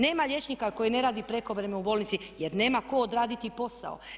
Nema liječnika koji ne radi prekovremeno u bolnici jer nema tko odraditi posao.